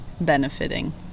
benefiting